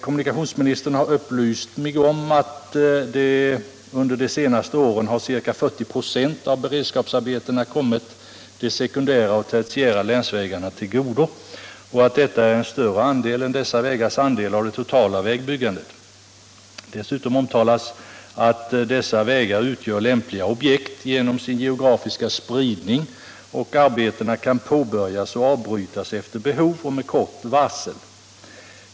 Kommunikationsministern har upplyst mig om att under de senaste åren ca 40 96 av beredskapsarbetena har kommit de sekundära och tertiära länsvägarna till godo och att detta är en större andel än dessa vägars andel av det totala vägbyggandet. Dessutom har han omtalat att dessa vägar utgör lämpliga objekt genom sin geografiska spridning och att arbetena kan påbörjas och avbrytas efter behov och med kort varsel.